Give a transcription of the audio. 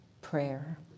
prayer